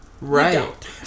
Right